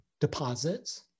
deposits